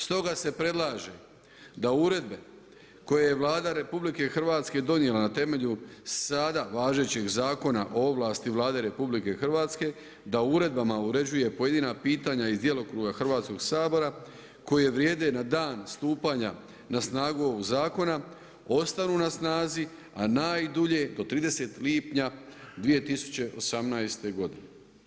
Stoga se predlaže da uredbe koje je Vlada RH donijela na temelju sada važećeg Zakona o ovlasti RH da uredbama uređuje pojedina pitanja iz djelokruga Hrvatskog sabora koji vrijede na dan stupanja na snagu ovog zakona ostanu na snazi, a najdulje do 30. lipnja 2018. godine.